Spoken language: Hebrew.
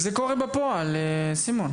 זה קורה בפועל, סימון.